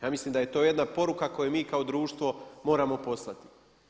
Ja mislim da je to jedna poruka koju mi kao društvo moramo poslati.